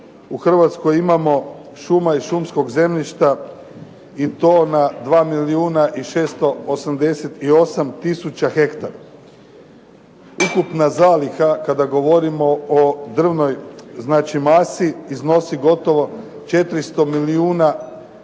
u Hrvatskoj imamo šuma i šumskog zemljišta i to na 2 milijuna i 688 tisuća hektara. Ukupna zaliha kada govorimo o drvnoj masi iznosi gotovo 400 milijuna metara